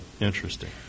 Interesting